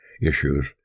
issues